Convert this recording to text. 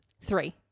Three